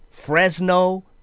Fresno